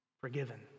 forgiven